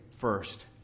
first